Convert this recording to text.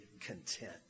content